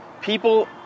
people